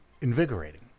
invigorating